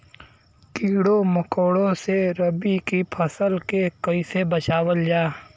कीड़ों मकोड़ों से रबी की फसल के कइसे बचावल जा?